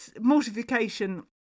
mortification